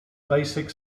basic